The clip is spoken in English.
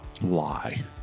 lie